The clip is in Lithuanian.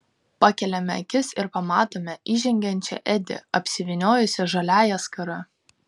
pakeliame akis ir pamatome įžengiančią edi apsivyniojusią žaliąją skarą